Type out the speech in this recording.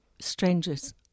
strangers